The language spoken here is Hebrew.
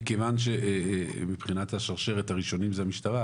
מכיוון שמבחינת השרשרת הראשונית זו המשטרה,